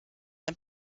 ein